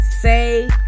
say